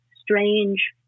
strange